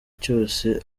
cyose